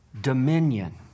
dominion